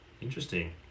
Interesting